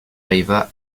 arriva